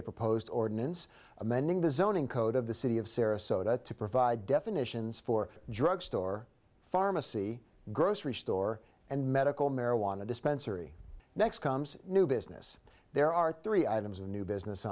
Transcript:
a proposed ordinance amending the zoning code of the city of sarasota to provide definitions for drug store pharmacy grocery store and medical marijuana dispensary next comes new business there are three items of new business